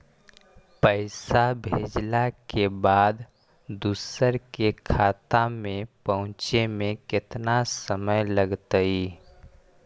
पैसा भेजला के बाद दुसर के खाता में पहुँचे में केतना समय लगतइ?